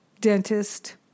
dentist